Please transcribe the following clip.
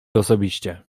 osobiście